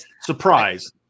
surprise